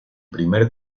primer